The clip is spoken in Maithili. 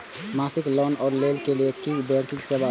मासिक लोन लैवा कै लैल गैर बैंकिंग सेवा द?